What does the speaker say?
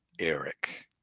Eric